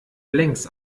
längs